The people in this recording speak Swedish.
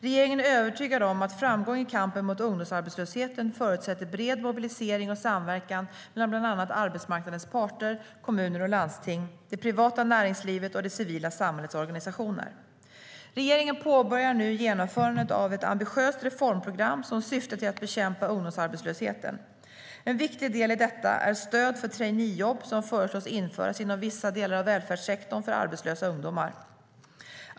Regeringen är övertygad om att framgång i kampen mot ungdomsarbetslösheten förutsätter bred mobilisering och samverkan mellan bland andra arbetsmarknadens parter, kommuner och landsting, det privata näringslivet och det civila samhällets organisationer. Regeringen påbörjar nu genomförandet av ett ambitiöst reformprogram som syftar till att bekämpa ungdomsarbetslösheten. En viktig del i detta är stöd för traineejobb som föreslås införas inom vissa delar av välfärdssektorn för arbetslösa ungdomar.